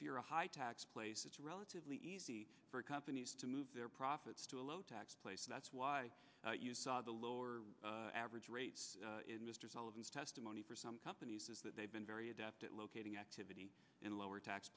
if you're a high tax place it's relatively easy for companies to move their profits to a low tax place that's why you saw the lower average rates mr sullivan's testimony for some companies is that they've been very adept at locating activity in lower tax